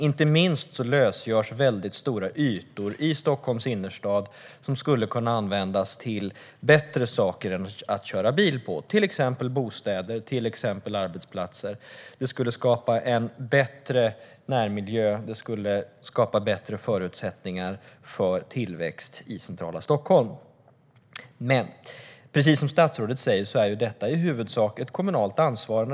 Inte minst lösgörs stora ytor i Stockholms innerstad som skulle kunna användas till bättre saker än att köra bil på, till exempel till bostäder och arbetsplatser. Det skulle skapa en bättre närmiljö och bättre förutsättningar för tillväxt i centrala Stockholm. Men, precis som statsrådet säger, är stadsrummets utveckling i huvudsak ett kommunalt ansvar.